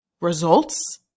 results